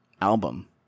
album